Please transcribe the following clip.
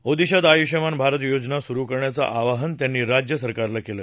ओदिशात आयुष्मान भारत योजना सुरु करण्याचं आवाहन त्यांनी राज्य सरकारला केलं